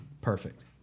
Perfect